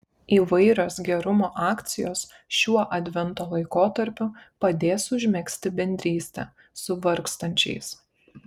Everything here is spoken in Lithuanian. įvairios gerumo akcijos šiuo advento laikotarpiu padės užmegzti bendrystę su vargstančiais